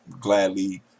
gladly